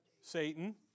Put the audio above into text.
Satan